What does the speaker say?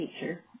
teacher